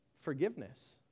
forgiveness